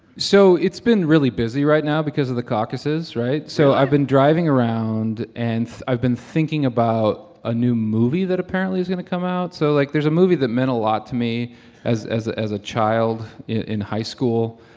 so it's been really busy right now because of the caucuses, right? so i've been driving around and i've been thinking about a new movie that apparently is going to come out. so, like, there's a movie that meant a lot to me as as a child in high school.